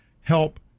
help